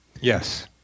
Yes